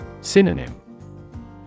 Synonym